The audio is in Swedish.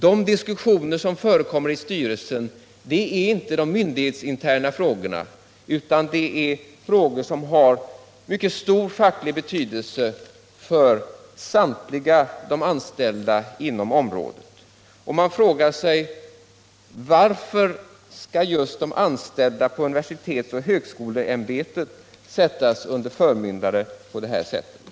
De diskussioner som förekommer i styrelsen rör inte myndighetens interna frågor utan frågor som har stor facklig betydelse för samtliga anställda inom området. Man frågar sig varför just de anställda vid universitetsoch högskoleämbetet skall sättas under förmyndare på det här sättet.